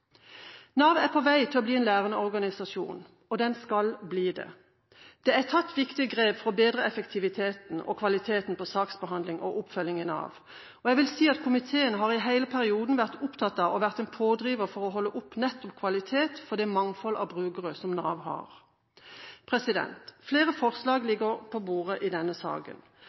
Nav er på vei til å bli en lærende organisasjon, og den skal bli det. Det er tatt viktige grep for å bedre effektiviteten og kvaliteten på saksbehandling og oppfølging i Nav, og jeg vil si at komiteen i hele perioden har vært opptatt av og vært en pådriver for å holde oppe nettopp kvalitet for det mangfold av brukere som Nav har. Flere forslag ligger på bordet i denne saken.